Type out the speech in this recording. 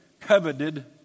coveted